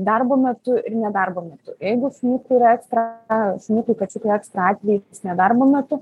darbo metu ir nedarbo metu jeigu šuniukui yra ekstra šuniukui kačiukui ekstra atvejai nedarbo metu